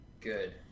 good